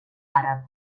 àrab